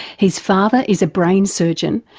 his father is a brain surgeon,